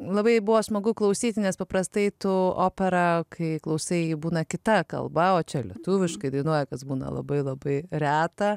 labai buvo smagu klausyti nes paprastai tu opera kai klausai ji būna kita kalba o čia lietuviškai dainuoja kas būna labai labai reta